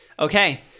Okay